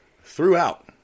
throughout